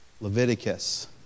Leviticus